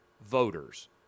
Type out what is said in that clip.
voters